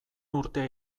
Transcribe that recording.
urtea